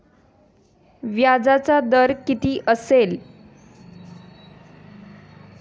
व्याजाचा दर किती असेल?